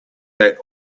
that